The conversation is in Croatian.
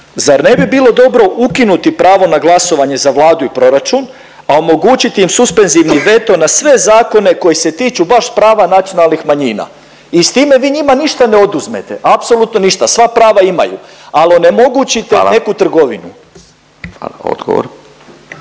Zar ne bi bilo dobro ukinuti pravo na glasovanje za Vladu i proračun, a omogućiti im suspenzivni veto na sve zakone koji se tiču baš prava nacionalnih manjina i s time vi njima ništa ne oduzmete, apsolutno ništa, sva prava imaju, al onemogućite im… …/Upadica